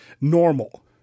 normal